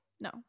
No